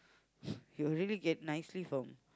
he will really get nicely from